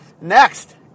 Next